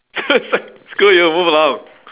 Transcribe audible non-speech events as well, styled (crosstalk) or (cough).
(laughs) screw you move along